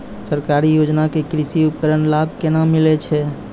सरकारी योजना के कृषि उपकरण लाभ केना मिलै छै?